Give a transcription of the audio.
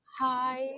Hi